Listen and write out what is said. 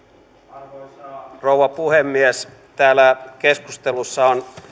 arvoisa rouva puhemies täällä keskustelussa on